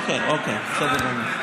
אוקיי, בסדר גמור.